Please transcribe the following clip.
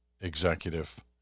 executive